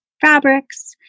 fabrics